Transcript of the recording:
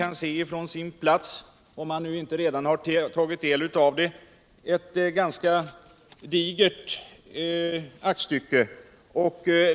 Som Olle Östrand kan se, om han nu inte redan tagit del av den, omfattar redovisningen ett ganska digert aktstycke.